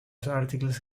articles